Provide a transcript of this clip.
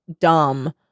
dumb